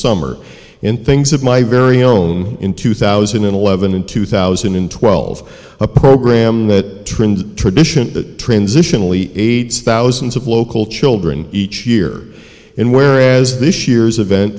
summer in things of my very own in two thousand and eleven in two thousand and twelve a program that trimmed tradition that transitionally aids thousands of local children each year in whereas this year's event